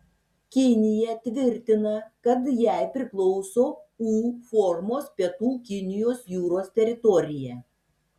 kinija tvirtina kad jai priklauso u formos pietų kinijos jūros teritorija